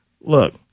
Look